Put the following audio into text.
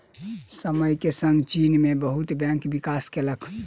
समय के संग चीन के बहुत बैंक विकास केलक